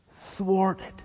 thwarted